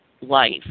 life